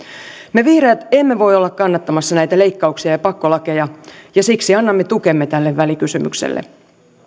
me vihreät emme voi olla kannattamassa näitä leikkauksia ja pakkolakeja ja siksi annamme tukemme tälle välikysymykselle